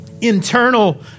internal